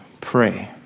pray